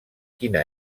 quina